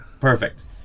perfect